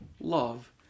love